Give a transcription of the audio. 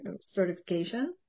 certification